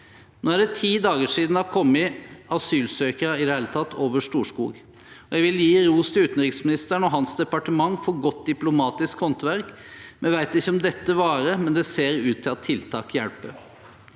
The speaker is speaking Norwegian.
siden det i det hele tatt har kommet asylsøkere over Storskog. Jeg vil gi ros til utenriksministeren og hans departement for godt diplomatisk håndverk. Vi vet ikke om dette varer, men det ser ut til at tiltak hjelper.